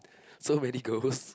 so many girls